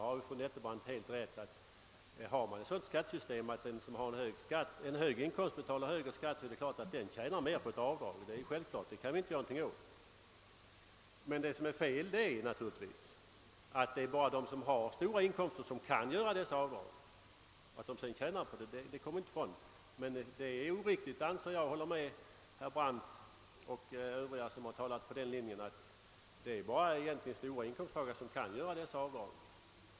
Fru Nettelbrandt har rätt i att det ligger i själva skattesystemet, att den som har högre inkomst och betalar högre skatt tjänar mer på ett avdrag. Det är självklart. Felet är naturligtvis att bara de som har stora inkomster kan göra dessa avdrag. Att de sedan tjänar på det kommer vi inte ifrån. Jag håller alltså med herr Brandt och övriga som säger att det egentligen bara är stora inkomsttagare som kan göra dessa avdrag.